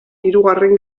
hirugarren